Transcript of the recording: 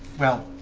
well,